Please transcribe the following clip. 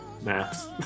maps